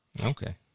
Okay